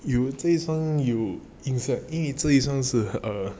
有这一双 meh 有 is like I think 这一双是 err